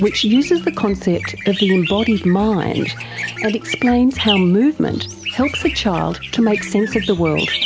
which uses the concept of the embodied mind and explains how movement helps a child to make sense of the world.